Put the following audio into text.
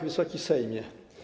Wysoki Sejmie!